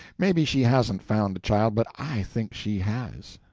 maybe she hasn't found the child, but i think she has.